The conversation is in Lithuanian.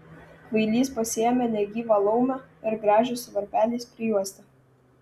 kvailys pasiėmė negyvą laumę ir gražią su varpeliais prijuostę